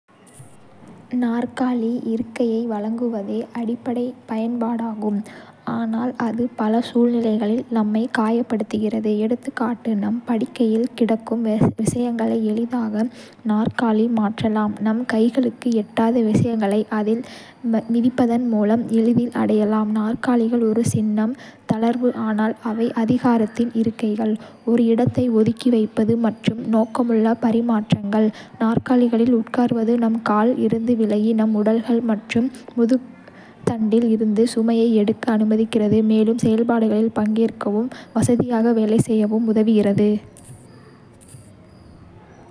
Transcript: நாற்காலி: இருக்கையை வழங்குவதே அடிப்படைப் பயன்பாடாகும், ஆனால் அது பல சூழ்நிலைகளில் நம்மைக் காப்பாற்றுகிறது, எகா நம் படுக்கையில் கிடக்கும் விஷயங்களை எளிதாக நாற்காலிக்கு மாற்றலாம், நம் கைகளுக்கு எட்டாத விஷயங்களை அதில் மிதிப்பதன் மூலம் எளிதில் அடையலாம். நாற்காலிகள் ஒரு சின்னம். தளர்வு, ஆனால் அவை அதிகாரத்தின் இருக்கைகள், ஒரு இடத்தை ஒதுக்கி வைப்பது மற்றும் நோக்கமுள்ள பரிமாற்றங்கள். நாற்காலிகளில் உட்காருவது நம் காலில் இருந்து விலகி, நம் உடல்கள் மற்றும் முதுகுத்தண்டில் இருந்து சுமையை எடுக்க அனுமதிக்கிறது. மேலும் செயல்பாடுகளில் பங்கேற்கவும் வசதியாக வேலை செய்யவும் உதவுகிறது